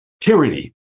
tyranny